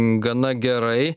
gana gerai